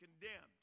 condemned